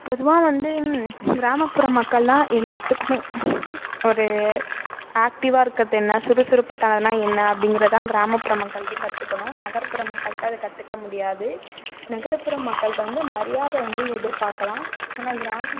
பொதுவாக வந்து கிராமப்புற மக்கள் தான் எல்லாத்துக்கும் ஒரு ஆக்டிவாக இருக்கிறது என்ன சுறுசுறுப்புத்தனம்னா என்ன அப்படிங்கிறத தான் கிராமப்புற மக்கள்ட்டயும் கற்றுக்கணும் நகர்ப்புற மக்கள்ட்ட அதை கற்றுக்க முடியாது நகர்ப்புற மக்கள்ட்ட வந்து மரியாதை வந்து எதிர்பாக்கலாம் ஆனால் கிராமம்